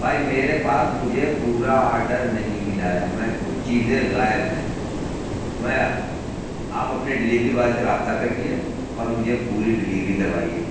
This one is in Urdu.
بھائی میرے پاس مجھے پورا آڈر نہیں ملا ہے میں کچھ چیزیں غائب ہیں میں آپ اپنے ڈلیوری بوائے سے رابطہ کریے اور مجھے پوری ڈلیوری کروائیے